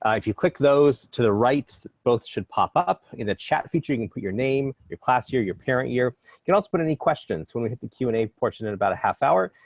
ah if you click those to the right, both should pop up. in the chat feature, you can and put your name, your class year, your parent year can also put any questions when we hit the q and a portion in about a half hour,